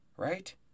Right